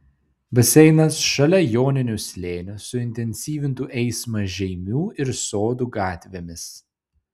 baseinas šalia joninių slėnio suintensyvintų eismą žeimių ir sodų gatvėmis